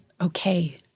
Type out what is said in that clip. okay